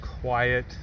quiet